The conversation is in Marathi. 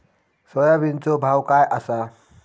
सोयाबीनचो भाव काय आसा?